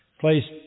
placed